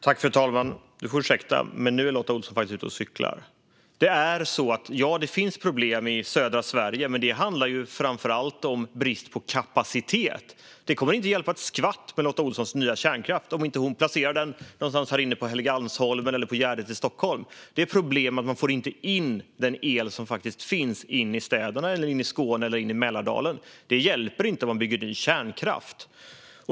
Fru talman! Ursäkta, men nu är Lotta Olsson faktiskt ute och cyklar. Ja, det finns problem i södra Sverige, men det handlar framför allt om brist på kapacitet. Där kommer Lotta Olssons nya kärnkraft inte att hjälpa ett skvatt, om hon inte placerar den någonstans här inne på Helgeandsholmen eller på Gärdet i Stockholm. Problemet är att man inte får in den el som faktiskt finns till städerna, till Skåne eller till Mälardalen. Där hjälper det inte att bygga ny kärnkraft.